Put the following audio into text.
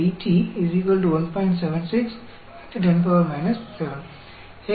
तो यह 80 साल या उससे कम समय में एक म्यूटेशन की प्रोबेबिलिटी है